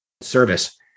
service